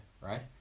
right